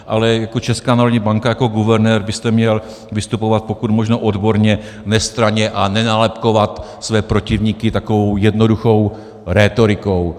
Ale jako Česká národní banka, jako guvernér byste měl vystupovat pokud možno odborně, nestranně a nenálepkovat svoje protivníky takovou jednoduchou rétorikou.